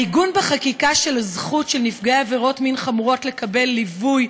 העיגון בחקיקה של הזכות של נפגעי עבירות מין חמורות לקבל ליווי,